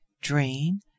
drain